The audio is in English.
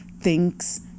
thinks